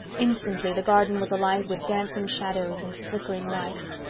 instantly the garden was alive with dancing shadows and flickering lights.